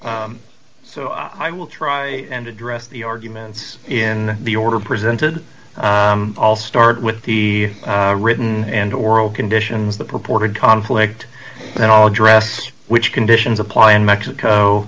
me so i will try and address the arguments in the order presented all start with the written and oral conditions the purported conflict and all address which conditions apply in mexico